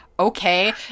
okay